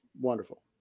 wonderful